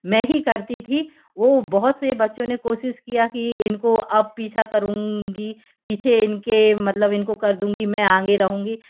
मैं ही करती थी वो बहुत से बच्चों ने कोशिश किया कि इनको अब पीछा करुँगी पीछे इनके मतलब इनको कर दूँगी मैं आगे रहूँगी